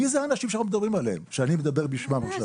מי זה האנשים שאני מדבר בשמם עכשיו?